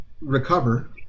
recover